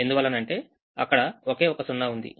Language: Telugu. ఎందువలన అంటే అక్కడ ఒకే ఒక సున్నా ఉంది